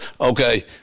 okay